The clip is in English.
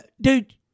dude